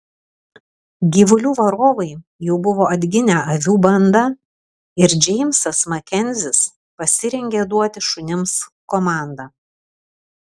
gyvulių varovai jau buvo atginę avių bandą ir džeimsas makenzis pasirengė duoti šunims komandą